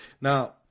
Now